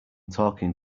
talking